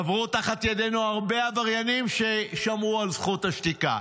עברו תחת ידינו הרבה עבריינים ששמרו על זכות השתיקה.